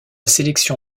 sélection